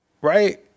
Right